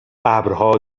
ابرها